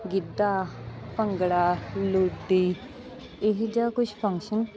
ਗਿੱਧਾ ਭੰਗੜਾ ਲੁੱਡੀ ਇਹੋ ਜਿਹਾ ਕੁਝ ਫੰਕਸ਼ਨ